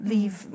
Leave